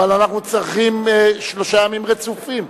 הרי אנחנו צריכים שלושה ימים רצופים.